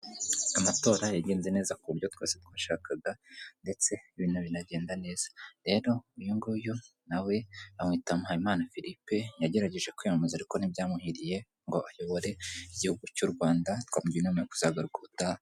Amatora yagenze neza ku buryo twese twashakaga, ndetse ibintu binagenda neza. Rero uyunguyu na we bamwita Mpayimana Philippe, yagerageje kwiyamamaza ariko ntibyamuhiriye ngo ayobore igihugu cy'u Rwanda, twamugira inama yo kuzagaruka ubutaha.